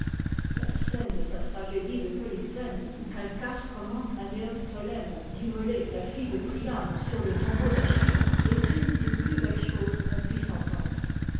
la scène de sa tragédie de poy eme où calchas commande à kéoptotème d'immoler la fille de priam sur le tombeau d'achitte est une des plus belles choses qu'on puisse entendre